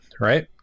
Right